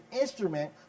instrument